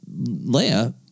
Leia